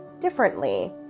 differently